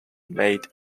made